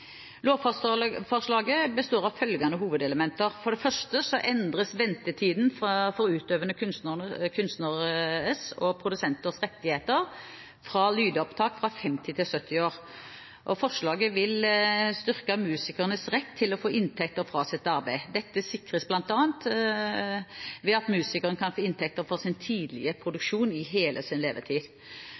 Lovforslaget består av følgende hovedelementer: For det første endres vernetiden for utøvende kunstneres og produsenters rettigheter til lydopptak fra 50 til 70 år. Forslaget vil styrke musikernes rett til å få inntekter fra sitt arbeid. Dette sikrer bl.a. at musikere kan få inntekter fra sin tidlige produksjon i hele sin levetid.